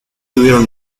tuvieron